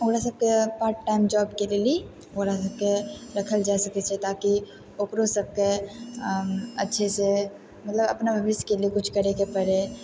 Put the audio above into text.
ओकरा सबके part time job के लिए भी ओकरा सबके रखल जा सकै छै ताकि ओकरो सहकेँ अच्छे से मतलब अपना भविष्यके लिए किछु करयके पड़ै